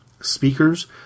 speakers